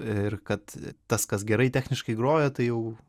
ir kad tas kas gerai techniškai groja tai jau